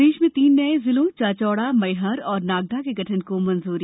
प्रदेश में तीन नये जिलों चाचौड़ा मैहर और नागदा के गठन को मंजूरी